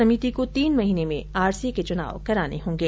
समिति को तीन महीने में आरसीए के चुनाव कराने होंगे